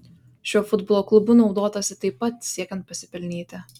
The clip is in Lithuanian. šiuo futbolo klubu naudotasi taip pat siekiant pasipelnyti